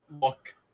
look